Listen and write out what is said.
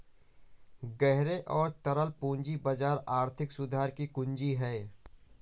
गहरे और तरल पूंजी बाजार आर्थिक सुधार की कुंजी हैं,